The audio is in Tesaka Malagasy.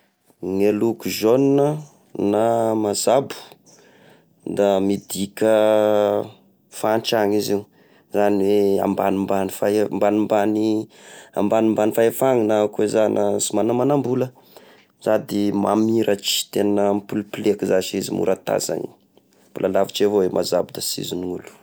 Ny loko jaune na mazabo da midika fahantrana izy, izany hoe ambanimbany fahi-ambanimbany ambanimbany fahefagna na koa hoe iza sy manamanam-bola, sady mamiratry tegna mipolipoleka zashy izy mora tazany, mbola lavitra avao i mazabo da sinzon'ny olo.